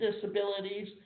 disabilities